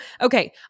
okay